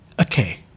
okay